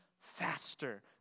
faster